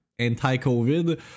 anti-Covid